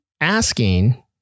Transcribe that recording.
asking